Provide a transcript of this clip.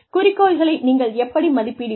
குறிக்கோள்களை நீங்கள் எப்படி மதிப்பிடுவீர்கள்